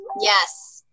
yes